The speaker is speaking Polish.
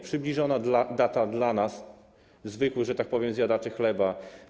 Przybliżona data dla nas, zwykłych, że tak powiem, zjadaczy chleba.